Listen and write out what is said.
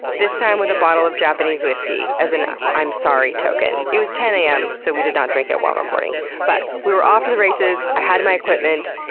this time, with a bottle of japanese whiskey as an i'm sorry token it was ten am, so we did not drink it while recording but we were off to the races. i had my equipment,